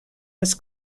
was